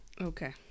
Okay